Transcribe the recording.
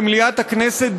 במליאת הכנסת,